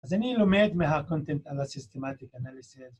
אז אני לומד מהקונטנט על הסיסטמטיק אנליסייה.